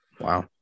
Wow